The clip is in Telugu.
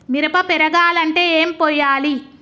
మిరప పెరగాలంటే ఏం పోయాలి?